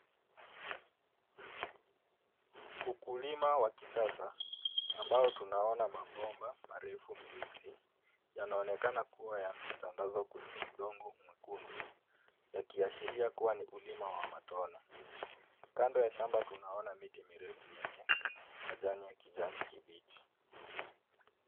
Ukulima wa kisasa ambao tunaona mabomba marefu meusi. Yanaonekana kuwa yametandazwa kwenye udongo mwekundu yakiashiria kuwa ni ukulima wa matone. Kando ya shamba tunaona miti mirefu yenye majani ya kijani kibichi.